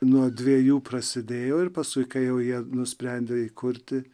nuo dviejų prasidėjo ir paskui kai jau jie nusprendė įkurti